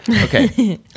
okay